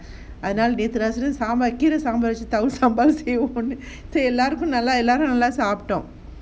அதுனால நேத்து ரெசம் சாம்பார் கீற சாம்பார் சேவை போட்டு எல்லாரும் நல்லா சாப்டோம்:athunaala nethu resam saambaar keera saambaar sevai pottu ellarum nalla saaptom